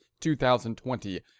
2020